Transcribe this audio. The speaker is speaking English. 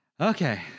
Okay